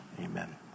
amen